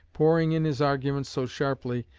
pouring in his arguments so sharply,